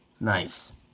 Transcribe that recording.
nice